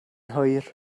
hwyr